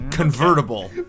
Convertible